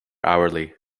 hourly